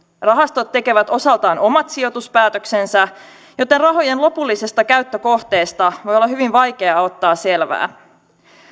rahastot tekevät osaltaan omat sijoituspäätöksensä joten rahojen lopullisesta käyttökohteesta voi olla hyvin vaikeaa ottaa selvää